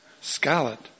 scarlet